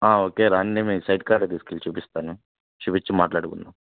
okay రండి మీకు site కాడికి తీసుకు వెళ్లి చూపిస్తాను చూపించి మాట్లాడుకుందాం